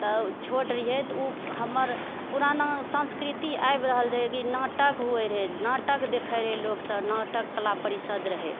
तऽ छोट रहियै तऽ ओ हमर पुराना संस्कृति आबि रहल रहय की नाटक होबय रहय नाटक देखैत रहय लोकसभ नाटक कला परिषद रहय